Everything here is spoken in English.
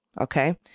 Okay